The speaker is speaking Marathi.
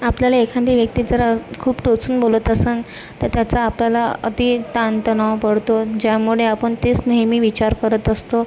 आपल्याला एखादी व्यक्ती जर खूप टोचून बोलत असंन तर त्याचा आपल्याला अति ताणतणाव पडतो ज्यामुळे आपण तेच नेहमी विचार करत असतो